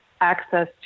access